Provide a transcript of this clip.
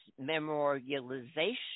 memorialization